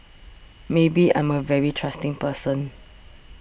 maybe I'm a very trusting person